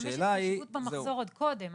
גם יש התחשבות במחזור עוד קודם.